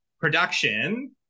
production